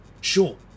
Sure